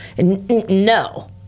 no